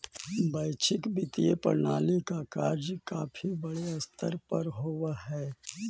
वैश्विक वित्तीय प्रणाली का कार्य काफी बड़े स्तर पर होवअ हई